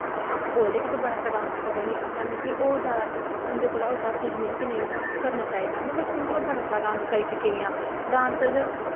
बोलदे कि तूं बड़ा शैल डांस करनी होन्नी अग्गें मिगी होर जादा इं'दे कोला होर जादा सिक्ख मिली कि में होर डांस करना चाहिदा ऐ में बचपन कोला दा बड़ा जादा डांस करी चुकी दी आं डांस च